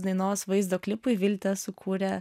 dainos vaizdo klipui viltė sukūrė